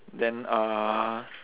then uh